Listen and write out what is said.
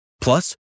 Plus